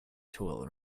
tool